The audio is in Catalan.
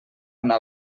una